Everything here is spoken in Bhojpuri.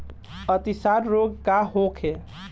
अतिसार रोग का होखे?